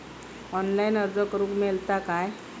Online अर्ज करूक मेलता काय?